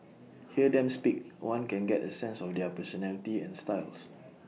hear them speak one can get A sense of their personality and styles